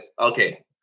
Okay